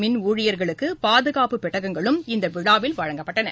மின்ஊழியர்களுக்கு பாதுகாப்பு பெட்டகங்களும் இந்த விழாவில் வழங்கப்பட்டன